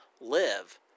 live